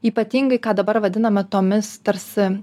ypatingai ką dabar vadiname tomis tarsi